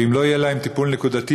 ואם לא יהיה להם טיפול נקודתי,